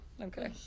Okay